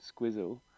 squizzle